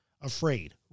afraid